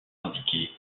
indiqués